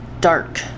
dark